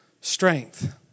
strength